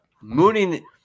mooning